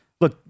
Look